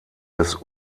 des